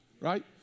right